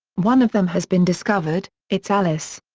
one of them has been discovered it's alice.